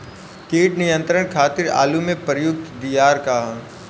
कीट नियंत्रण खातिर आलू में प्रयुक्त दियार का ह?